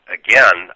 again